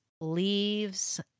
leaves